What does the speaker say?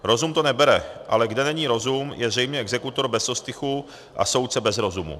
Rozum to nebere, ale kde není rozum, je zřejmě exekutor bez ostychu a soudce bez rozumu.